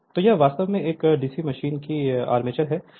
Refer Slide Time 2001 तो यह वास्तव में एक डीसी मशीन की आर्मेचर है